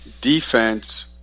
defense